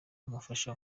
n’umufasha